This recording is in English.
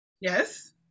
Yes